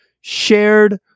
shared